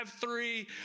three